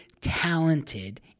talented